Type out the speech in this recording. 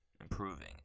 improving